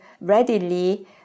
readily